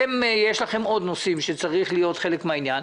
לכם יש עוד נושאים שצריכים להיות חלק מן העניין.